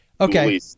Okay